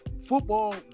Football